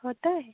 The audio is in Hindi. होता है